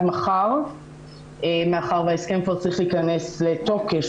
מחר מאחר שההסכם כבר צריך להיכנס לתוקף,